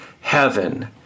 heaven